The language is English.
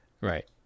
Right